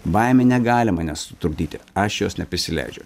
baimei negalima nesutrukdyti aš jos neprisileidžiu